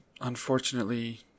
unfortunately